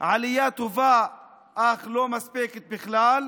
עלייה טובה אך לא מספקת בכלל.